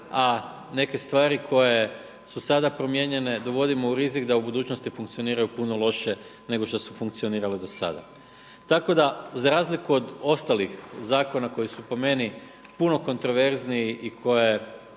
a neke stvari koje su sada promijenjene dovodimo u rizik da u budućnosti funkcioniraju puno lošije nego što su funkcionirale do sada. Tako da za razliku od ostalih zakona koji su po meni puno kontroverzniji i koje